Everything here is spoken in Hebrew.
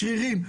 שרירים,